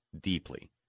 deeply